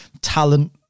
talent